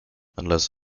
unless